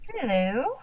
hello